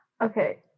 Okay